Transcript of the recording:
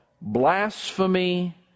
blasphemy